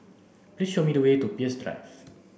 please show me the way to Peirce Drive